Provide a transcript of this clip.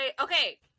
Okay